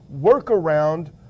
workaround